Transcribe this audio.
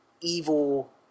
evil